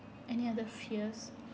any other fears